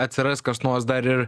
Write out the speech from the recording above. atsiras kas nors dar ir